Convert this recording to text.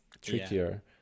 trickier